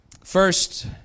First